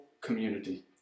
community